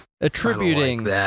Attributing